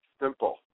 simple